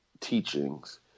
teachings